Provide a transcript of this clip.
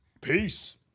Peace